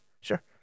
sure